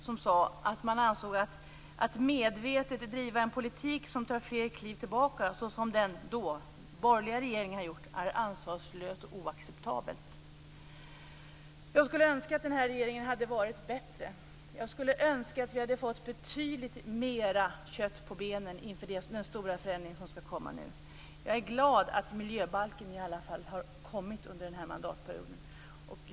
Denna ansåg att det var ansvarslöst och oacceptabelt att medvetet driva en politik som tar flera kliv tillbaka som den borgerliga regering då hade gjort. Jag hade önskat att den här regeringen hade varit bättre. Jag hade önskat att vi hade fått betydligt mer kött på benen inför den stora förändring som skall komma nu. Jag är glad att miljöbalken i alla fall har kommit under den här mandatperioden.